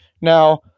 Now